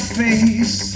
face